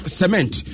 cement